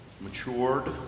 matured